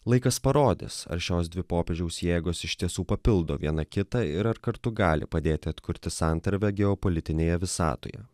laikas parodys ar šios dvi popiežiaus jėgos iš tiesų papildo viena kitą ir kartu gali padėti atkurti santarvę geopolitinėje visatoje